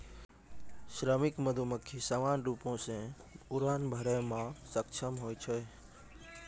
श्रमिक मधुमक्खी सामान्य रूपो सें उड़ान भरै म सक्षम होय छै